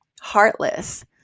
heartless